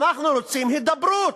אנחנו רוצים הידברות.